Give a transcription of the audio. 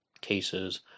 cases